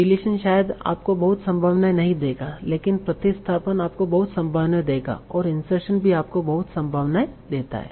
deletion शायद आपको बहुत संभावनाएं नहीं देगा लेकिन प्रतिस्थापन आपको बहुत संभावनाएं देगा और इनसर्शन भी आपको बहुत संभावनाएं देता है